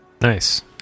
Nice